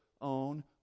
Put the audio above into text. own